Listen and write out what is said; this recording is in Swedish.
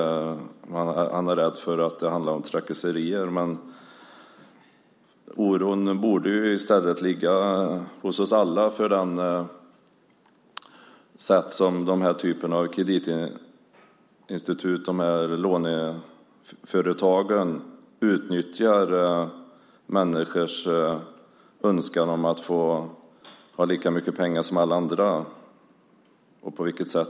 Han är rädd för att det handlar om trakasserier. Oron hos oss alla borde i stället gälla det sätt på vilket den här typen av kreditinstitut och låneföretag utnyttjar människors önskan om att få ha lika mycket pengar som alla andra.